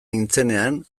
nintzenean